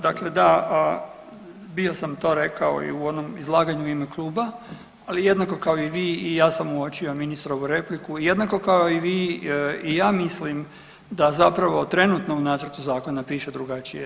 Dakle, bio sam to rekao i u onom izlaganju u ime kluba, ali jednako kao i vi i ja sam uočio ministrovu repliku jednako kao i svi i ja mislim da zapravo trenutno u nacrtu zakona piše drugačije.